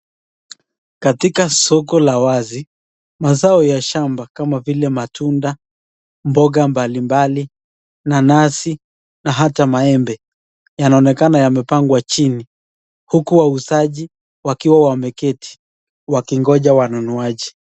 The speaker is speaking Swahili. Katika soko la wazi mazao ya shamba kama vile matunda, mboga mbali mbali, nanasi na hata maembe yanaonekana yamepangwa chini. Huku wauzaji wakiwa wameketi wakingoja wanunuaji.